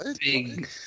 big